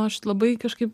aš labai kažkaip